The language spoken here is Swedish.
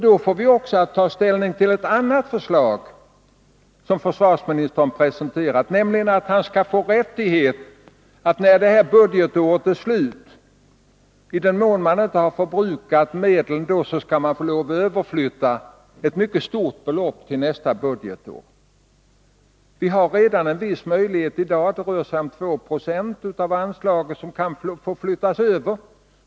Då får vi nämligen ta ställning till ett annat förslag som försvarsministern har presenterat, nämligen att han skall få rätt att vid detta budgetårs slut överflytta icke förbrukade medel — och det kan bli fråga om ett mycket stort belopp - till nästa budgetår. Vi har redan i dag en viss möjlighet — det är 2 70 av anslagen som kan flyttas över.